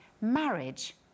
Marriage